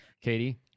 Katie